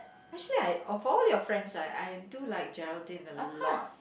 actually I of all your friends right I do like Geraldine a lot